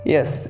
Yes